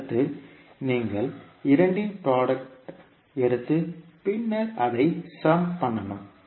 அடுத்து நீங்கள் இரண்டின் புரோடக்ட் எடுத்து பின்னர் அதை சம் பண்ணனும்